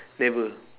never